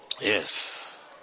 Yes